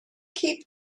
keep